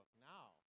Now